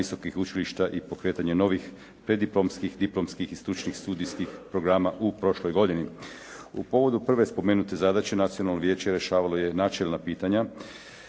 visokih učilišta i pokretanje novih preddiplomskih, diplomskih i stručnih studijskih programa u prošloj godini. U povodu prve spomenute zadaće Nacionalno vijeće rješavalo je načelna pitanja